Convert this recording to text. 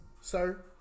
sir